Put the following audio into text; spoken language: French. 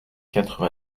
quatre